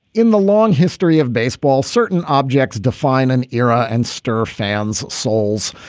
in the long history of baseball, certain objects define an era and stir fans souls.